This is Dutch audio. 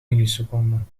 milliseconden